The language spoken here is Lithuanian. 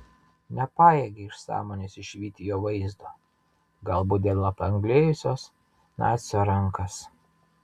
nepajėgė iš sąmonės išvyti jo vaizdo galbūt dėl apanglėjusios nacio rankas